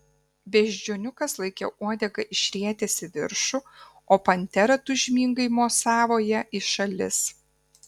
beždžioniukas laikė uodegą išrietęs į viršų o pantera tūžmingai mosavo ja į šalis